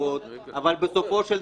חשובות אבל בסופו של דבר,